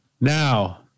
Now